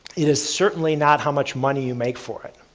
it is certainly not how much money you make for it.